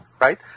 right